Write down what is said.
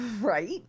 right